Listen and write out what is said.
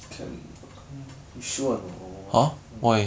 can mm sure or not mm